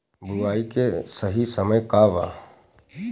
बुआई के सही समय का वा?